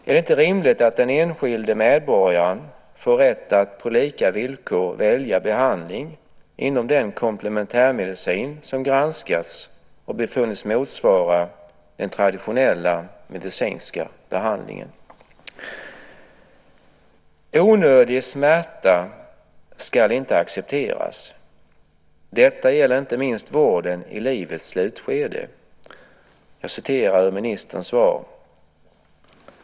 Är det inte rimligt att den enskilde medborgaren får rätt att på lika villkor välja behandling inom den komplementärmedicin som granskats och befunnits motsvara den traditionella medicinska behandlingen? "Onödig smärta ska inte accepteras. Det gäller inte minst vården i livets slutskede." Jag citerar ur ministerns svar.